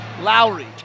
Lowry